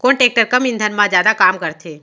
कोन टेकटर कम ईंधन मा जादा काम करथे?